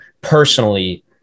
personally